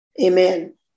Amen